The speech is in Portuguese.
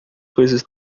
coisas